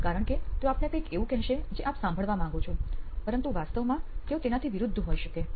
કારણ કે તેઓ આપને કંઈક એવું કહેશે કે જે આપ સાંભળવા માંગો છો પરંતુ વાસ્તવમાં તેઓ તેનાથી વિરુદ્ધ હોઈ શકે છે